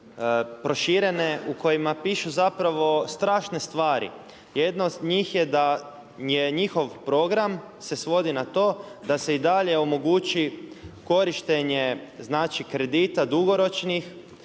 proširene u kojima piše zapravo strašne stvari. Jedna od njih je da njihov program se svodi na to da se i dalje omogući korištenje znači kredita dugoročnih